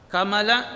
Kamala